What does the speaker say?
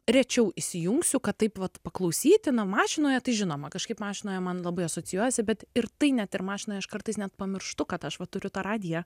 rečiau įsijungsiu kad taip vat paklausyti na mašinoje tai žinoma kažkaip mašinoje man labai asocijuojasi bet ir tai net ir mašinoj aš kartais net pamirštu kad aš va turiu tą radiją